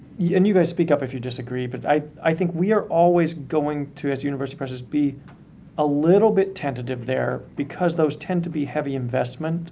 you and you guys speak up if you disagree, but i i think we are always going to, as university presses, be a little bit tentative there because those tend to be heavy investment